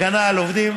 כהגנה על עובדים,